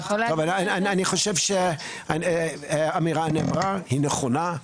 אני חושב שהאמירה נאמרה, היא נכונה.